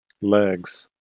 legs